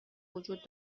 وجود